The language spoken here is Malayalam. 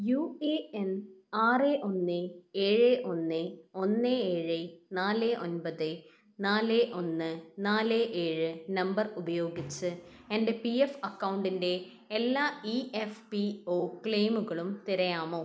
യു എ എൻ ആറ് ഒന്ന് ഏഴ് ഒന്ന് ഒന്ന് ഏഴ് നാല് ഒൻപത് നാല് ഒന്ന് നാല് ഏഴ് നമ്പർ ഉപയോഗിച്ച് എൻ്റെ പി എഫ് അക്കൗണ്ടിൻ്റെ എല്ലാ ഇ എഫ് പി ഒ ക്ലെയിമുകളും തിരയാമോ